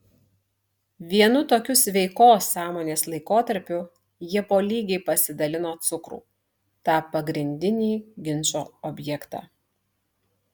vienu tokiu sveikos sąmonės laikotarpiu jie po lygiai pasidalino cukrų tą pagrindinį ginčo objektą